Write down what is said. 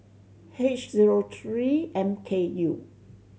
H zero tree M K U